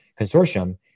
consortium